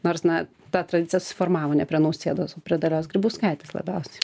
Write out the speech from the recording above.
nors na ta tradicija susiformavo ne prie nausėdoso prie dalios grybauskaitės labiausiai